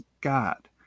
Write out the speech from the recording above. God